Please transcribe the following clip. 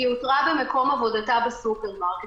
היא הותרה במקום עבודתה בסופרמרקט.